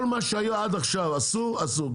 כל מה שהיה עד עכשיו אסור, אסור.